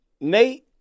Nate